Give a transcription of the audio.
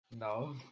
No